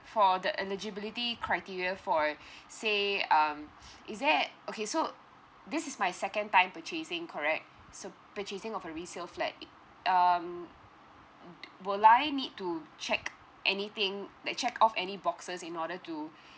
for the eligibility criteria for say um is there okay so this is my second time purchasing correct so purchasing of a resale flat um will I need to check anything like check off any boxes in order to